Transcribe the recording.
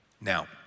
Now